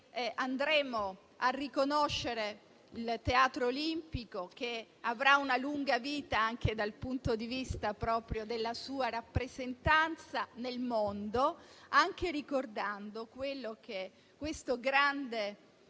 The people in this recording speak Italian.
andremo a riconoscere il Teatro Olimpico, che avrà una lunga vita anche dal punto di vista della sua rappresentanza nel mondo, anche ricordando quello che